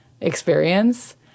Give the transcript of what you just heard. experience